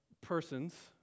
persons